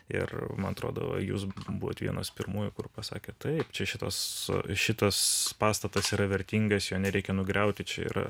ir man atrodo jūs buvot vienas pirmųjų kur pasakė taip čia šitas šitas pastatas yra vertingas jo nereikia nugriauti čia yra